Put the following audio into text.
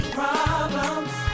problems